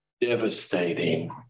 devastating